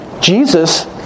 Jesus